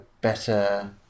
better